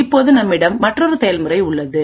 இப்போது நம்மிடம் மற்றொரு செயல்முறை உள்ளது